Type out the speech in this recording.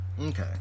Okay